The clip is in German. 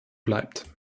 bleibt